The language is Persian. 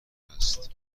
است